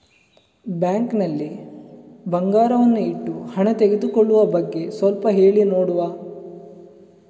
Bank ನಲ್ಲಿ ಬಂಗಾರವನ್ನು ಇಟ್ಟು ಹಣ ತೆಗೆದುಕೊಳ್ಳುವ ಬಗ್ಗೆ ಸ್ವಲ್ಪ ಹೇಳಿ ನೋಡುವ?